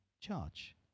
charge